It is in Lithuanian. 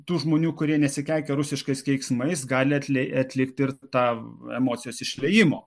tų žmonių kurie nesikeikia rusiškais keiksmais gali atli atlikti ir tą emocijos išliejimo